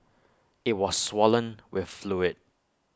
IT was swollen with fluid